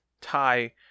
tie